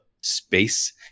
space